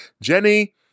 jenny